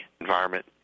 environment